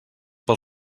pel